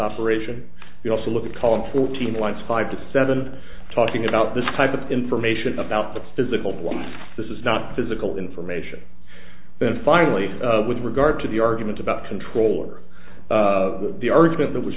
operation you also look at column fourteen lines five to seven talking about this type of information about the physical this is not physical information then finally with regard to the argument about control or the argument that was